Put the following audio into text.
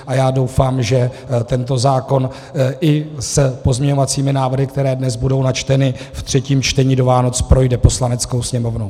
A já doufám, že tento zákon i s pozměňovacími návrhy, které dnes budou načteny ve třetím čtení, do Vánoc projde Poslaneckou sněmovnou.